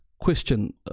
question